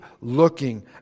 looking